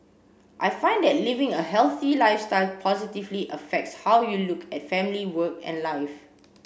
I find that living a healthy lifestyle positively affects how you look at family work and life